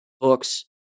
books